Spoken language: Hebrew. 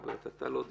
רוברט, אתה לא דיברת.